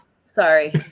Sorry